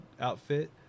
outfit